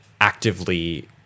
actively